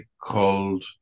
called